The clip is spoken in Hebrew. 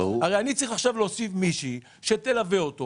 הרי אני צריך עכשיו להוסיף מישהי שתלווה אותו